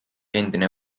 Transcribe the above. endine